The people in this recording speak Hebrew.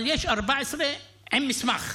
אבל יש 14 עם מסמך.